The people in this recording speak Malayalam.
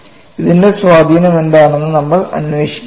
ഇതിന്റെ സ്വാധീനം എന്താണെന്ന് നമ്മൾ അന്വേഷിക്കും